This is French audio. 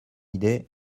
idée